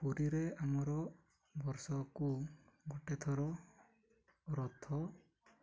ପୁରୀରେ ଆମର ବର୍ଷକୁ ଗୋଟେ ଥର ରଥ